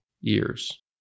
years